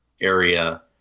area